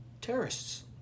terrorists